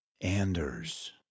Anders